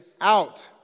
out